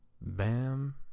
bam